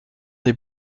des